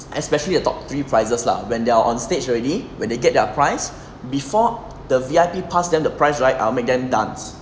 especially the top three prizes lah when they are on stage already when they get their prize before the V_I_P pass them the prize right I'll make them dance